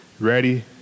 Ready